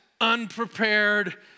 unprepared